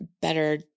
better